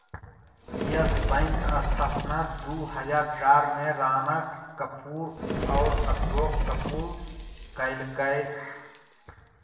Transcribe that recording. yes Bank स्थापना दू हजार चार में राणा कपूर और अशोक कपूर कइलकय